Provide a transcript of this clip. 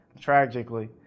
tragically